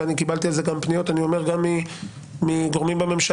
ואני קיבלתי על זה גם פניות גם מגורמים בממשלה,